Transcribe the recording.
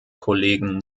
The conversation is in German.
kollegen